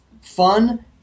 fun